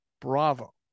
Bravo